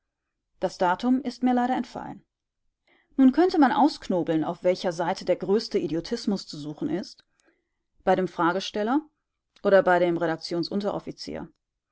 das datum ist mir leider entfallen nun könnte man ausknobeln auf welcher seite der größte idiotismus zu suchen ist bei dem fragesteller oder bei dem